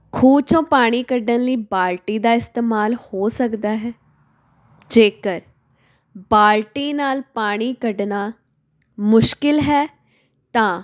ਖੂਹ 'ਚੋਂ ਪਾਣੀ ਕੱਢਣ ਲਈ ਬਾਲਟੀ ਦਾ ਇਸਤੇਮਾਲ ਹੋ ਸਕਦਾ ਹੈ ਜੇਕਰ ਬਾਲਟੀ ਨਾਲ ਪਾਣੀ ਕੱਢਣਾ ਮੁਸ਼ਕਲ ਹੈ ਤਾਂ